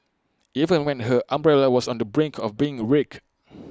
even when her umbrella was on the brink of being wrecked